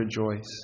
rejoice